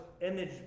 image